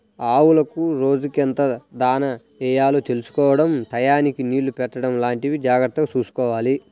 ఆవులకు రోజుకెంత దాణా యెయ్యాలో తెలుసుకోడం టైయ్యానికి నీళ్ళు పెట్టడం లాంటివి జాగర్తగా చూసుకోవాలి